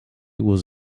was